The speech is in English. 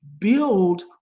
build